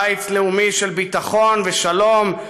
בית לאומי של ביטחון ושלום,